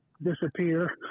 disappear